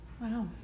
Wow